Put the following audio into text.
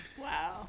Wow